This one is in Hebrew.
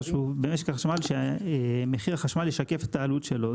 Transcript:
חשוב שבמשק החשמל מחיר החשמל ישקף את העלות שלו.